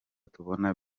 tubona